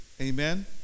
amen